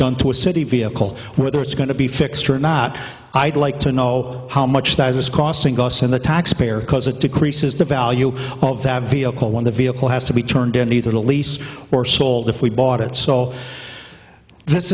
done to a city vehicle whether it's going to be fixed or not i'd like to know how much that is costing us in the taxpayer because it decreases the value of that vehicle when the vehicle has to be turned in either lease or sold if we bought it so this